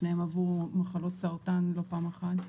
שניהם עברו מחלות סרטן לא פעם אחת.